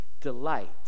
delight